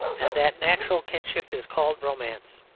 and that natural kinship is called romance.